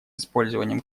использованием